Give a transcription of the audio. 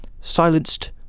Silenced